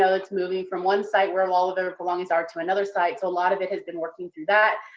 so it's moving from one site where all of their belongings are to another site. so a lot of it has been working through that,